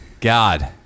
god